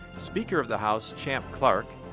speaker of the house, champ clark,